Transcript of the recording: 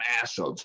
massive